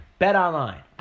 BetOnline